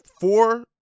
four